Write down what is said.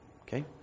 Okay